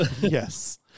Yes